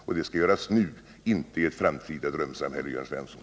Och det skall göras nu, inte i ett framtida drömsamhälle, Jörn Svensson.